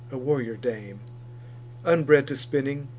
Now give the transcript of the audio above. a warrior dame unbred to spinning,